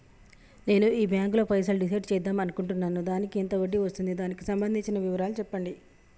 నేను ఈ బ్యాంకులో పైసలు డిసైడ్ చేద్దాం అనుకుంటున్నాను దానికి ఎంత వడ్డీ వస్తుంది దానికి సంబంధించిన వివరాలు చెప్పండి?